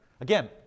Again